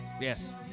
Yes